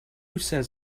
says